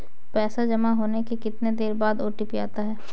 पैसा जमा होने के कितनी देर बाद ओ.टी.पी आता है?